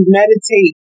meditate